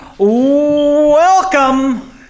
Welcome